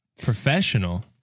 Professional